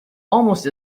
almost